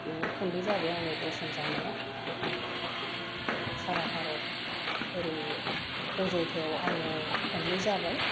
बेयावबो खननै जाबाय आं दरशन जानाया ओमफ्राय सारा भारत ओरै अजध्यायाव आङो खननै जाबाय